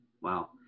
Wow